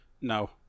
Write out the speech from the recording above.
No